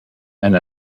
and